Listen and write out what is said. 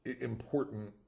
important